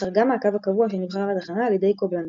שחרגה מהקו הקבוע שנבחר לתחנה על ידי קובלנץ.